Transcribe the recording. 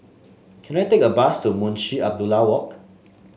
can I take a bus to Munshi Abdullah Walk